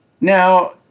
Now